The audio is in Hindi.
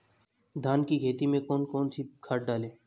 धान की खेती में कौन कौन सी खाद डालें?